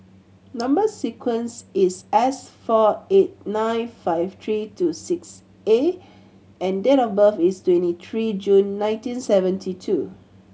number sequence is S four eight nine five tree two six A and date of birth is twenty tree June nineteen seventy two